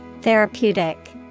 Therapeutic